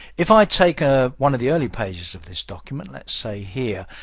if i take ah one of the early pages of this document, let's say here,